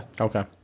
Okay